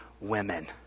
women